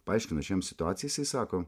paaiškinu aš jam situaciją jisai sako